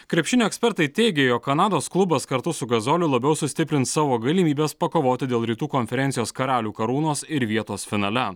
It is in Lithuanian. krepšinio ekspertai teigia jog kanados klubas kartu su gazoliu labiau sustiprins savo galimybes pakovoti dėl rytų konferencijos karalių karūnos ir vietos finale